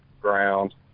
ground